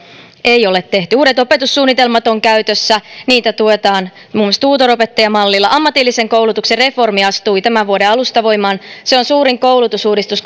ei ole tehty uudet opetussuunnitelmat ovat käytössä niitä tuetaan muun muassa tutoropettajamallilla ammatillisen koulutuksen reformi astui tämän vuoden alusta voimaan se on suurin koulutusuudistus